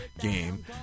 game